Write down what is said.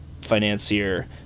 financier